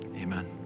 Amen